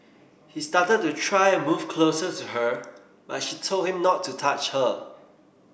he started to try and move closer to her but she told him not to touch her